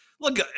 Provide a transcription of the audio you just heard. Look